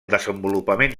desenvolupament